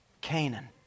Canaan